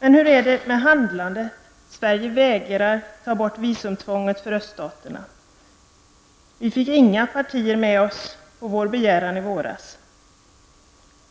Men hur är det alltså med handlandet? Sverige vägrar ta bort visumtvånget för öststaterna. Vi fick inga partier med oss på vår begäran i våras.